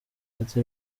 ati